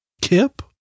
Kip